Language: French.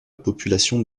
population